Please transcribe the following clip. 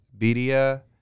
media